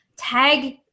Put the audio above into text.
tag